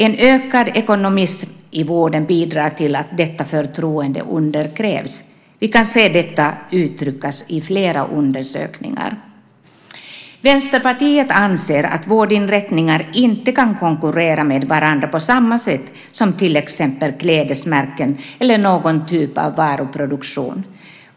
En ökad ekonomism i vården bidrar till att detta förtroende undergrävs. Vi kan se detta uttryckas i flera undersökningar. Vänsterpartiet anser att vårdinrättningar inte kan konkurrera med varandra på samma sätt som till exempel klädesmärken eller någon typ av varuproduktion.